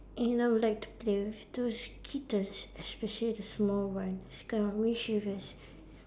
and I would like to play with those kittens especially the small ones kind of mischievous